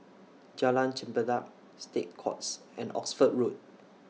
Jalan Chempedak State Courts and Oxford Road